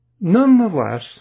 Nonetheless